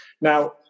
Now